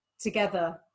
together